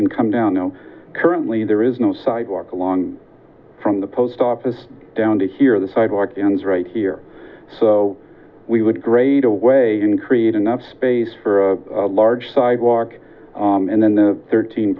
in come down no currently there is no sidewalk along from the post office down to here the sidewalk ends right here so we would grade away in create enough space for a large sidewalk and then the thirteen